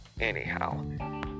Anyhow